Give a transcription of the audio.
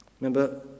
Remember